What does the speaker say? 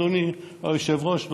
אדוני היושב-ראש,